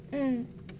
mm